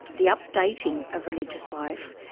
the updating of religious life,